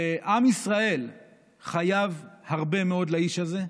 עם ישראל חייב הרבה מאוד לאיש הזה,